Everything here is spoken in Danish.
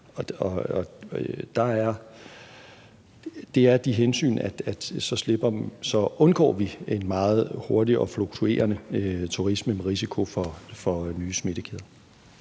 forhold til at vi så undgår en meget hurtig og fluktuerende turisme med risiko for nye smittekæder.